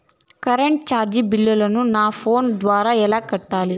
Current చార్జీల బిల్లును, నా ఫోను ద్వారా ఎలా కట్టాలి?